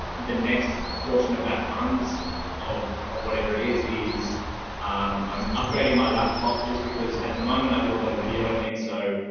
the next portion of that funds of of whatever it is, is um i'm upgrading my laptop just because at the moment, i do a lot of video and link so